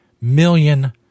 million